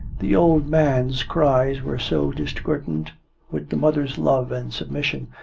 the old man's cries were so discordant with the mother's love and submission,